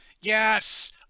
Yes